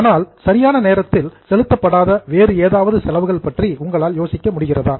ஆனால் சரியான நேரத்தில் செலுத்தப்படாத வேறு ஏதாவது செலவுகள் பற்றி உங்களால் யோசிக்க முடிகிறதா